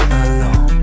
alone